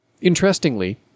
interestingly